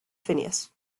phineas